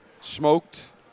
smoked